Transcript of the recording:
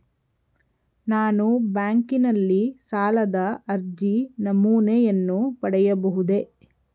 ನಾನು ಬ್ಯಾಂಕಿನಲ್ಲಿ ಸಾಲದ ಅರ್ಜಿ ನಮೂನೆಯನ್ನು ಪಡೆಯಬಹುದೇ?